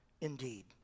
indeed